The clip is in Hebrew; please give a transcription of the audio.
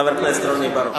חבר הכנסת רוני בר-און.